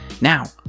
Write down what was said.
Now